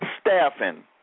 staffing